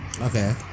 Okay